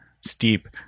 steep